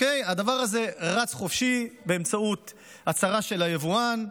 הדבר הזה רץ חופשי באמצעות הצהרה של היבואן,